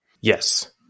Yes